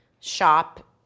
shop